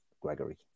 Gregory